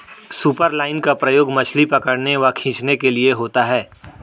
superline का प्रयोग मछली पकड़ने व खींचने के लिए होता है